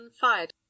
fired